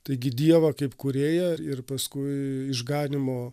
taigi dievą kaip kūrėją ir paskui išganymo